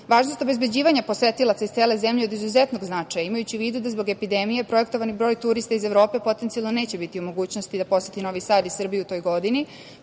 ljudi. Važnost obezbeđivanja posetilaca iz cele zemlje je od izuzetnog značaja, imajući u vidu da zbog epidemije projektovani broj turista iz Evrope potencijalno neće biti u mogućnosti da poseti Novi Sad i Srbiju u toj godini,